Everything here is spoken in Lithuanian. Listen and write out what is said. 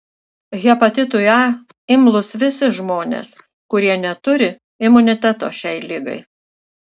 hepatitui a imlūs visi žmonės kurie neturi imuniteto šiai ligai